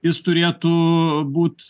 jis turėtų būt